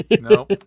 No